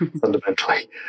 fundamentally